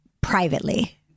privately